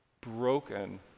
broken